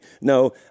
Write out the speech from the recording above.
No